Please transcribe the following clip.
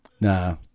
Nah